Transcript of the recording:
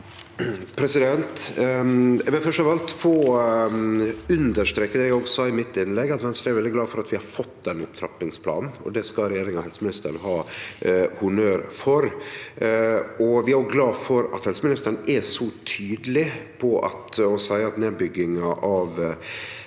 Eg vil først av alt få understreke det eg òg sa i mitt innlegg, at Venstre er veldig glad for at vi har fått denne opptrappingsplanen. Det skal regjeringa og helseministeren ha honnør for. Vi er òg glade for at helseministeren er så tydeleg på å seie at nedbygginga av